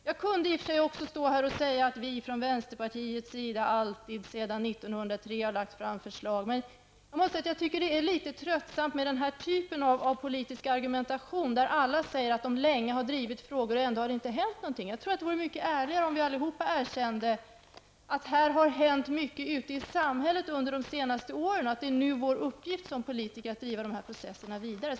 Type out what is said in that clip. Jag kunde i och för sig stå här och säga att vi från vänsterpartiets sida alltid sedan 1903 lagt fram förslag, men jag måste säga att det är litet tröttsamt med denna typ av politisk argumentation där alla säger att de länge har drivit frågor och att det trots det ändå inte händer något. Jag tror det vore ärligare om vi alla erkände att det hänt mycket på detta område ute i samhället under de senaste åren och att det nu är vår uppgift som politiker att driva dessa frågor vidare.